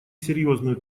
серьезную